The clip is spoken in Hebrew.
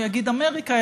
הוא יגיד אמריקה,